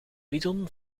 bidon